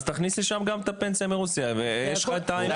אז תכניס שם גם את הפנסיה מרוסיה ויש לך את ה-.